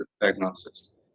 diagnosis